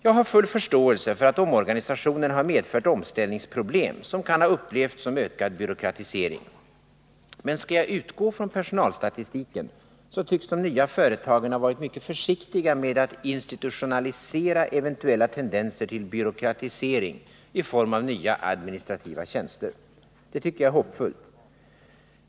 Jag har full förståelse för att omorganisationen har medfört omställningsproblem som kan ha upplevts som ökad byråkratisering. Men skall jag utgå från personalstatistiken, så tycks de nya företagen ha varit mycket försiktiga med att institutionalisera eventuella tendenser till byråkratisering i form av nya administrativa tjänster. Det tycker jag är hoppfullt.